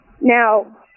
Now